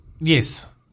Yes